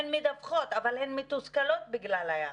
הן מדווחות אבל הן מתוסכלות בגלל היחס.